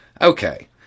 Okay